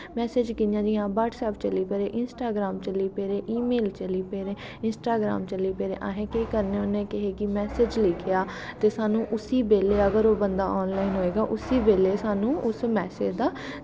message कि'यां बी WhatsApp चली पेदे इंस्टाग्राम चली पेदे इमेल चली पेदे इंस्टाग्रम चली पेदे अस केह् करने होन्ने कुसेगी मैसेज़ लिखेआ ते अस उस्सै बेल्लै अगर ओह् बंदा ऑनलाईन होएगा उस्सै बेल्लै स्हानू उस मैसेज़ दा